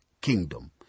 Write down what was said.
kingdom